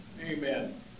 Amen